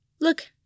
Look